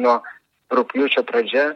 nuo rugpjūčio pradžia